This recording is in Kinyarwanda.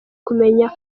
kumenya